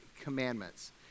Commandments